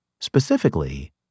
specifically